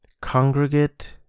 Congregate